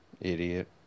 Idiot